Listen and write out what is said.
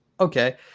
Okay